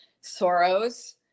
sorrows